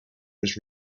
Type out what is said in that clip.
was